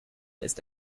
ist